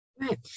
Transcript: Right